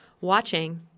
watching